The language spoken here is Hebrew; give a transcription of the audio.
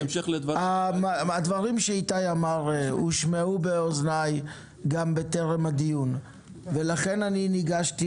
הדברים שהיועץ המשפטי אמר הושמעו באזניי גם טרם הדיון ולכן ניגשתי